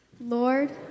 Lord